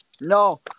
No